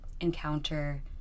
encounter